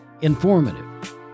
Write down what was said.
Informative